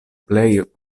plej